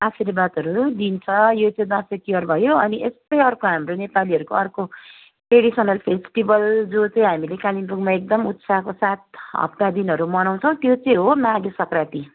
आशीर्वादहरू दिन्छ यो चाहिँ दसैँ तिहार भयो अनि यस्तै अर्को हाम्रो नेपालीहरूको अर्को ट्रेडिसनल फेस्टिभल जो चाहिँ हामीले कालिम्पोङमा एकदमै उत्साहको साथ हप्ता दिनहरू मनाउँछौँ त्यो चाहिँ हो माघे सङ्क्रान्ति